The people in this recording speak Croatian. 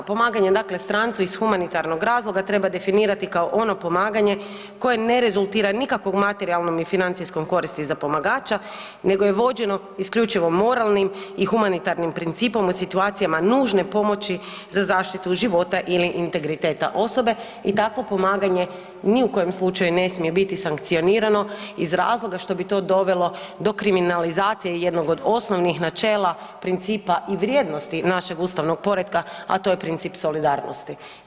Pomaganje dakle strancu iz humanitarnog razloga treba kao ono pomaganje koje ne rezultira nikakvom materijalnom ni financijskom koristi za pomagača nego je vođeno isključivo moralnim i humanitarnim principom u situacijama nužne pomoći za zaštitu života ili integriteta osobe i takvo pomaganje ni u kojem slučaju ne smije biti sankcionirano iz razloga što bi to dovelo do kriminalizacije jednog od osnovnih načela principa i vrijednosti našeg ustavnog poretka, a to je princip solidarnosti.